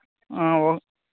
ఓ